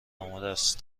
آمادست